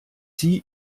sie